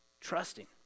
Trusting